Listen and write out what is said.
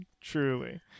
Truly